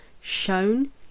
shown